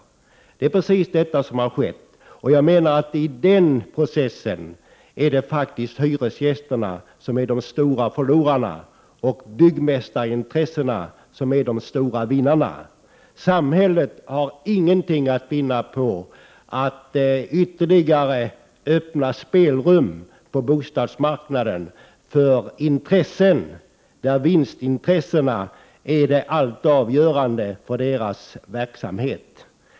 Det är precis detta som har skett. I den processen är hyresgästerna de stora förlorarna och byggmästarintressena de stora vinnarna. Samhället har ingenting att vinna på att ytterligare ge spelrum på bostadsmarknaden för intressenter som har vinstintresset som allt avgörande för sin verksamhet.